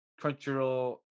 Crunchyroll